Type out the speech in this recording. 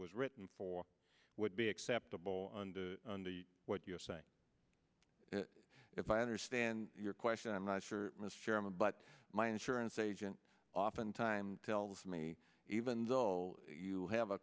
was written for would be acceptable under the what you're saying if i understand your question i'm not sure mr chairman but my insurance agent oftentimes tells me even though you have a